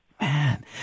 Man